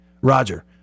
Roger